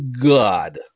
God